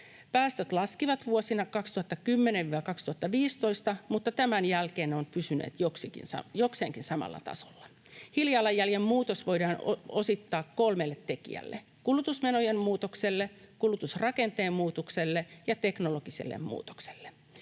Päästöt laskivat vuosina 2010—2015, mutta tämän jälkeen ne ovat pysyneet jokseenkin samalla tasolla. Hiilijalanjäljen muutos voidaan osittaa kolmelle tekijälle: kulutusmenojen muutokselle, kulutusrakenteen muutokselle ja teknologiselle muutokselle.